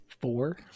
Four